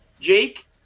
Jake